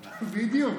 בדיוק.